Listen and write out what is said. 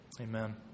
Amen